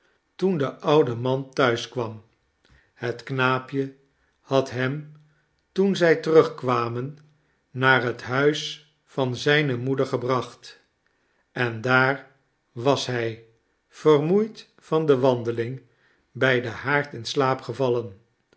toen de oude man thuis kwam het knaapje had hem toen zij terugkwamen naar het huis van zijne moeder gebracht en daar was hij vermoeid van de wandeling bij den haard in slaap gevallen